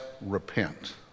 repent